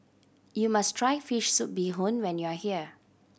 you must try fish soup bee hoon when you are here